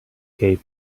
cape